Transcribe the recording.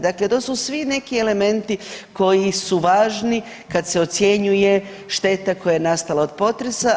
Dakle, to su svi neki elementi koji su važni kad se ocjenjuje šteta koja je nastala od potresa.